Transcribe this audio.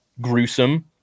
gruesome